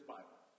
Bible